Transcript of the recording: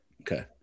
Okay